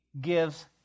gives